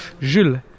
Jules